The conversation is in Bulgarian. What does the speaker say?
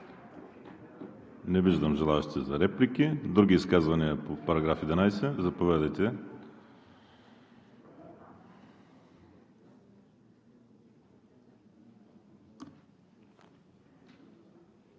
Не виждам желаещи за реплики. Други изказвания по § 11? Заповядайте.